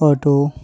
auto